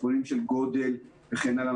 יש פה עניינים של גודל וכן הלאה.